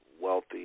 wealthy